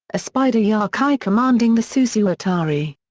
a spider yokai commanding the susuwatari.